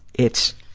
it's,